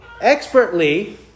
expertly